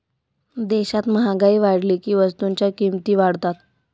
देशात महागाई वाढली की वस्तूंच्या किमती वाढतात